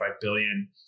billion